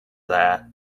that